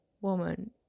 woman